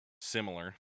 similar